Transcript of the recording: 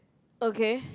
okay